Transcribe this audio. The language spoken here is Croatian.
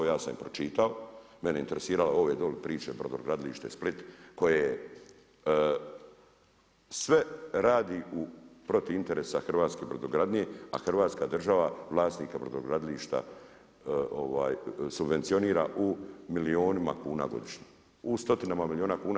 Ja sam je pročitao mene je interesiralo ove dolje priče Brodogradilište Split koje je sve radi protiv interesa hrvatske brodogradnje, a Hrvatska država vlasnika brodogradilišta subvencionira u milijunima kuna godišnje u stotinama milijuna kuna.